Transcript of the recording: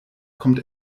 kommt